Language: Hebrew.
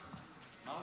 אחד נגד,